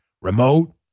remote